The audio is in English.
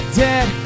dead